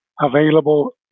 available